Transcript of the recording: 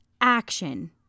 action